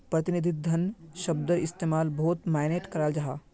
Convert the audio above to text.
प्रतिनिधि धन शब्दर इस्तेमाल बहुत माय्नेट कराल जाहा